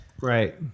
Right